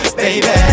baby